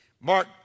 Mark